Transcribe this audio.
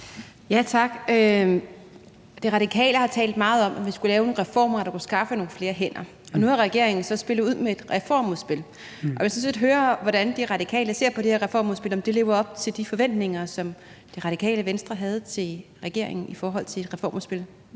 Tak. De Radikale har talt meget om, at vi skulle lave nogle reformer, der kunne skaffe nogle flere hænder. Nu har regeringen så spillet ud med et reformudspil. Jeg vil sådan set høre, hvordan De Radikale ser på det her reformudspil, altså om det lever op til de forventninger, som Det Radikale Venstre havde til regeringen i forhold til et reformudspil,